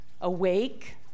awake